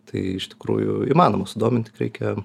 tai iš tikrųjų įmanoma sudomint tik reikia